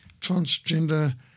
transgender